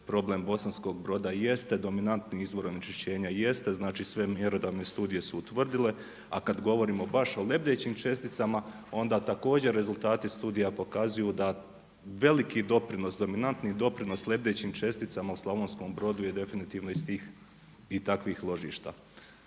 problem Bosanskog Broda i jeste dominantni izvor onečišćenja i jeste sve mjerodavne studije su utvrdile, a kad govorimo baš o lebdećim česticama, onda također rezultati studija pokazuju da veliki doprinos, dominantni doprinos lebdećim česticama u Slavonskom Brodu je definitivno iz tih i takvih ložišta.